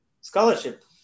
scholarship